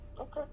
Okay